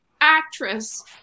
actress